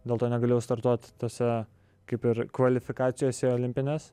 dėl to negalėjau startuot tose kaip ir kvalifikacijose į olimpines